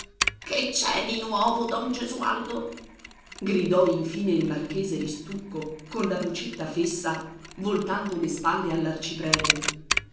che c'è di nuovo don gesualdo gridò infine il marchese ristucco con la vocetta fessa voltando le spalle all'arciprete abbiamo